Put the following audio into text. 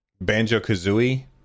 Banjo-Kazooie